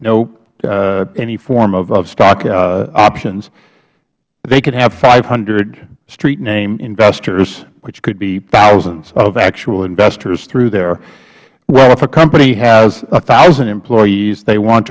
no any form of stock options they could have five hundred street name investors which could be thousands of actual investors through their well if a company has one thousand employees they want